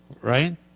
Right